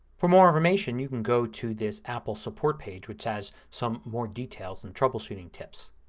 for more information you can go to this apple support page which has some more details and troubleshooting tips.